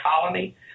colony